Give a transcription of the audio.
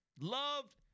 Loved